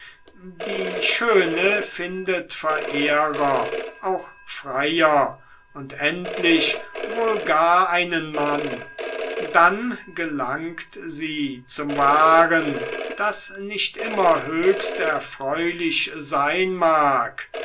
die schöne findet verehrer auch freier und endlich wohl gar einen mann dann gelangt sie zum wahren das nicht immer höchst erfreulich sein mag